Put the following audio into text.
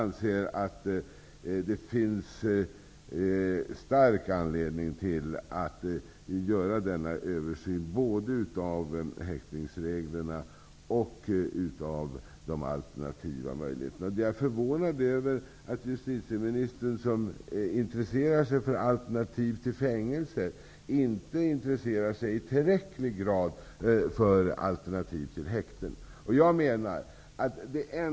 Det finns anledning att göra denna översyn, både av häktningsreglerna och av de alternativa möjligheterna. Jag är förvånad över att justitieministern, som intresserar sig för alternativ till fängelse, inte intresserar sig i tillräcklig grad för alternativ till häkte.